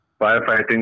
firefighting